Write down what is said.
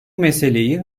meseleyi